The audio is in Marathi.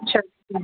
अच्छा